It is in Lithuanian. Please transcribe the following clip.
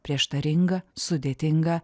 prieštaringa sudėtinga